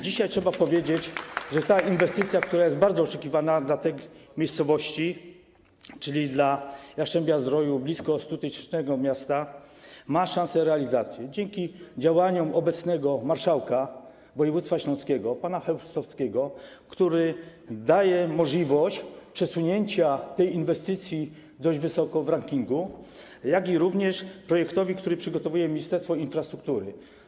Dzisiaj trzeba powiedzieć, że ta inwestycja, która jest bardzo oczekiwana przez mieszkańców tej miejscowości, czyli Jastrzębia-Zdroju, blisko 100-tysięcznego miasta, ma szansę realizacji dzięki działaniom obecnego marszałka województwa śląskiego pana Chełstowskiego, który daje możliwość przesunięcia tej inwestycji dość wysoko w rankingu, jak również projektowi, który przygotowuje Ministerstwo Infrastruktury.